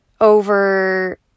over